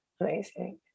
amazing